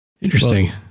Interesting